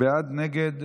לא נתקבלה.